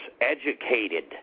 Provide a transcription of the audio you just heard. educated